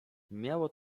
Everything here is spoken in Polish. miało